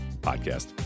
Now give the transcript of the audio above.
podcast